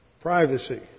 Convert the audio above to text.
Privacy